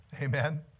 Amen